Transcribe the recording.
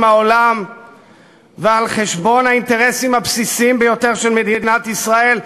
העולם ועל חשבון האינטרסים הבסיסיים ביותר של מדינת ישראל,